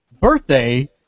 birthday